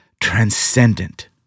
transcendent